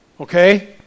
Okay